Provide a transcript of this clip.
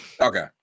Okay